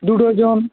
দু ডজন